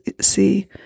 see